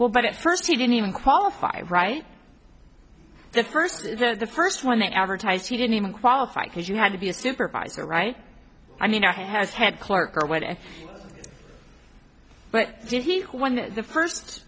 well but at first he didn't even qualify right the first the first one that advertised he didn't even qualify because you had to be a supervisor right i mean a has head clerk or whatever but did he one the first